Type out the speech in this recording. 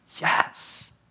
yes